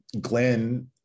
Glenn